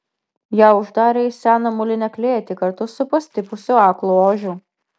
ją uždarė į seną molinę klėtį kartu su pastipusiu aklu ožiu